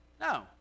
No